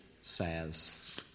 says